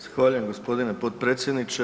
Zahvaljujem gospodine potpredsjedniče.